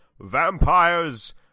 vampires